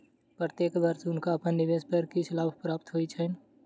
प्रत्येक वर्ष हुनका अपन निवेश पर किछ लाभ प्राप्त होइत छैन